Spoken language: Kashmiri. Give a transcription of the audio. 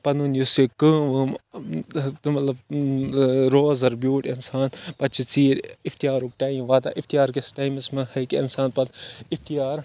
پَنُن یُس یہِ کٲم وٲم تہٕ مطلب روزدَر بیوٗٹھ اِنسان پَتہٕ چھِ ژیٖرۍ اِفطارُک ٹایِم واتان اِفطار کِس ٹایمَس منٛز ہیٚکہِ اِنسان پَتہٕ اِفطار